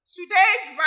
Today's